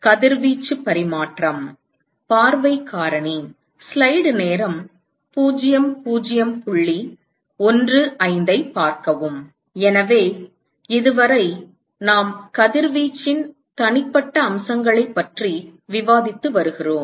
கதிர்வீச்சு பரிமாற்றம் பார்வை காரணி எனவே இதுவரை நாம் கதிர்வீச்சின் தனிப்பட்ட அம்சங்களைப் பற்றி விவாதித்து வருகிறோம்